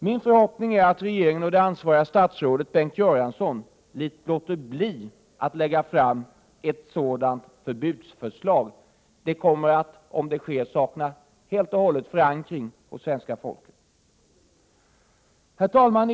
Min förhoppning är att regeringen och det ansvariga statsrådet, Bengt Göransson, låter bli att lägga fram ett sådant förbudsförslag. Det kommer helt och hållet att sakna förankring hos svenska folket. Herr talman!